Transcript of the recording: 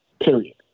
period